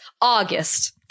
August